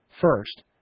First